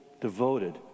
devoted